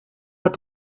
pas